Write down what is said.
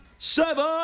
Seven